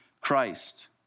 Christ